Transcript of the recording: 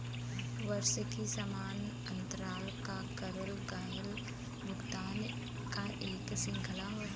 वार्षिकी समान अंतराल पर करल गयल भुगतान क एक श्रृंखला हौ